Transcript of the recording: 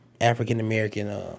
African-American